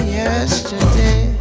yesterday